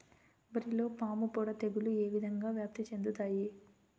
వరిలో పాముపొడ తెగులు ఏ విధంగా వ్యాప్తి చెందుతాయి?